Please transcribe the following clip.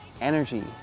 energy